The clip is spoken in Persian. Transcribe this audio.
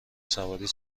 سواری